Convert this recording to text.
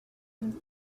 opened